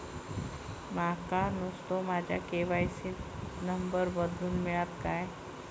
माका नुस्तो माझ्या के.वाय.सी त नंबर बदलून मिलात काय?